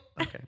Okay